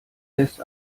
lässt